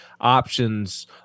options